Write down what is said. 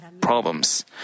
problems